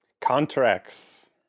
contracts